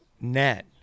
net